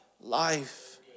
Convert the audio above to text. life